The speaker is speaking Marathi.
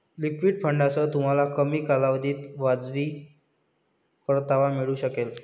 लिक्विड फंडांसह, तुम्हाला कमी कालावधीत वाजवी परतावा मिळू शकेल